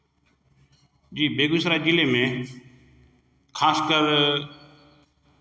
जी बेगुसराय जिले में खास कर